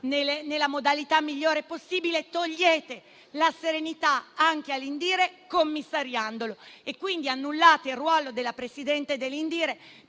nella modalità migliore possibile. Togliete la serenità anche all'INDIRE, commissariandolo, e quindi annullate il ruolo della Presidente dell'INDIRE